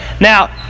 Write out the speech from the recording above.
Now